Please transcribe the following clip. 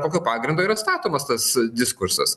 kokiu pagrindu yra statomas tas diskursas